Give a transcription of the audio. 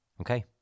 Okay